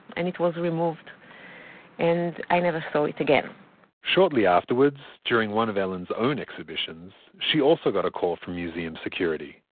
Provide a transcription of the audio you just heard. and it was removed and i never saw it again shortly afterwards, during one of ellen's own exhibitions, she also got a call from museum security,